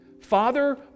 Father